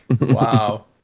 wow